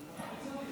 לא קשור לכבוד.